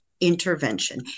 intervention